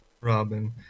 Robin